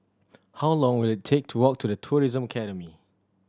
how long will it take to walk to The Tourism Academy